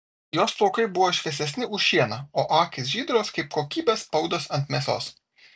jos plaukai buvo šviesesni už šieną o akys žydros kaip kokybės spaudas ant mėsos